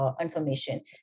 information